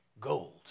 gold